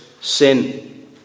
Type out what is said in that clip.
sin